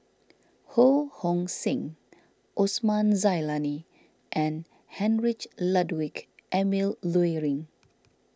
Ho Hong Sing Osman Zailani and Heinrich Ludwig Emil Luering